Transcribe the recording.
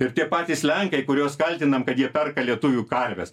ir tie patys lenkai kuriuos kaltinam kad jie perka lietuvių karves